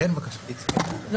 נרצחים ונרצחות,